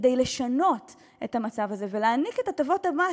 כדי לשנות את המצב הזה ולהעניק את הטבות המס,